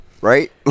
Right